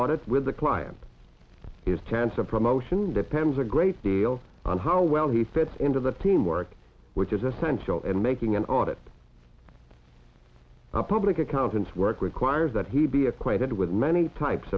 audit with the client is tense a promotion depends a great deal on how well he fits into the team work which is essential in making an audit public accountants work requires that he be acquainted with many types